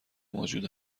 موجود